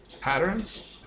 patterns